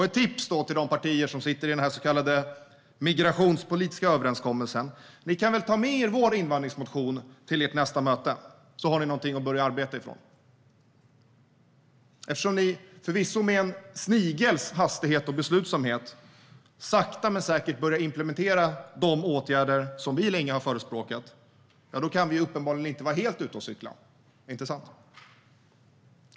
Ett tips till de partier som är med i den så kallade migrationspolitiska överenskommelsen är: Ni kan väl ta med er vår invandringsmotion till ert nästa möte. Då har ni någonting att börja arbeta utifrån. Eftersom ni, förvisso med en snigels hastighet och beslutsamhet, sakta men säkert börjar implementera de åtgärder som vi länge har förespråkat kan vi uppenbarligen inte vara helt ute och cykla - inte sant?